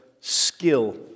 skill